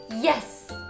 Yes